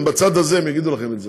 הם בצד הזה, הם יגידו לכם את זה.